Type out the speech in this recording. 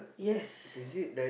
yes